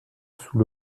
sous